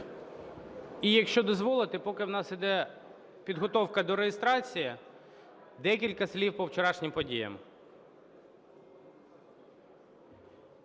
І якщо дозволите, поки у нас іде підготовка до реєстрації, декілька слів по вчорашнім подіям.